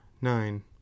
nine